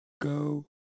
go